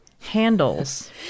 Handles